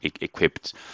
equipped